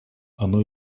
оно